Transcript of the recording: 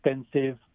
expensive